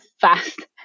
fast